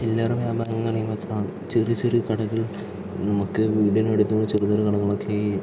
ചില്ലറ വ്യാപാരങ്ങൾ എന്ന് വെച്ചാൽ ചെറിയ ചെറിയ കടകൾ നമുക്ക് വീടിനടുത്തുള്ള ചെറിയ ചെറിയ കടകൾ ഒക്കെ ഈ